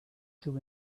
two